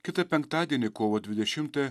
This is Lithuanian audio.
kitą penktadienį kovo dvidešimtąją